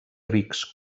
rics